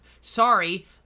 Sorry